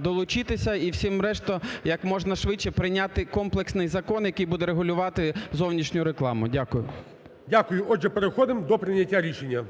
долучитися і всім решта як можна швидше прийняти комплексний закон, який буде регулювати зовнішню рекламу. Дякую. ГОЛОВУЮЧИЙ. Дякую. Отже, переходимо до прийняття рішення.